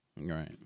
right